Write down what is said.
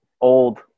old